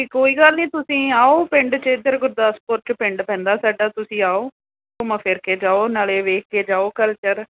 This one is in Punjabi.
ਅਤੇ ਕੋਈ ਗੱਲ ਨਹੀਂ ਤੁਸੀਂ ਆਓ ਪਿੰਡ 'ਚ ਇੱਧਰ ਗੁਰਦਾਸਪੁਰ 'ਚ ਪਿੰਡ ਪੈਂਦਾ ਸਾਡਾ ਤੁਸੀਂ ਆਓ ਘੁੰਮ ਫਿਰ ਕੇ ਜਾਓ ਨਾਲੇ ਵੇਖ ਕੇ ਜਾਓ ਕਲਚਰ